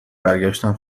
برگشتم